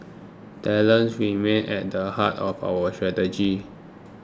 talent remains at the heart of our strategies